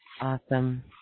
Awesome